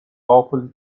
powerful